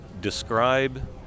Describe